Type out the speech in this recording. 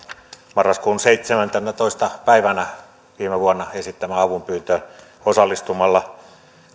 marraskuun seitsemäntenätoista päivänä viime vuonna esittämään avunpyyntöön osallistumalla